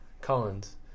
Collins